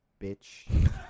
bitch